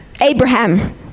Abraham